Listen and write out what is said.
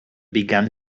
began